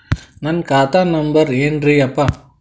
ನನ್ನ ಖಾತಾ ನಂಬರ್ ಏನ್ರೀ ಯಪ್ಪಾ?